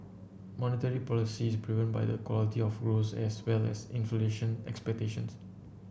monetary policy is proven by the quality of growth as well as inflation expectations